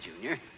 Junior